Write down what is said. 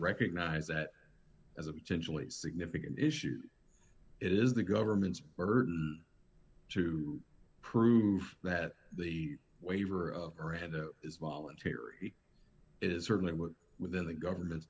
recognize that as a potentially significant issues it is the government's burden to prove that the waiver or end is voluntary is certainly what within the government's